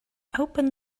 open